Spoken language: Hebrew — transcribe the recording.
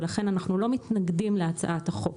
ולכן אנחנו לא מתנגדים להצעת החוק.